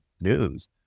news